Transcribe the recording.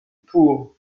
pour